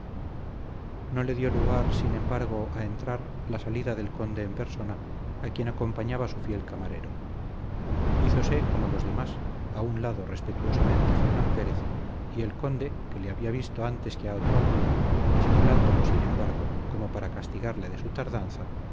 no le dio lugar sin embargo a entrar la salida del conde en persona a quien acompañaba su fiel camarero hízose como los demás a un lado respetuosamente fernán pérez y el conde que le había visto antes que a otro alguno disimulándolo sin embargo como para castigarle de su tardanza